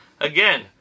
Again